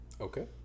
Okay